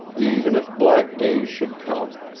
even if black days should come.